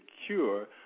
secure